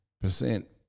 percent